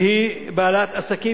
שהיא בעלת עסקים,